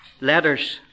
letters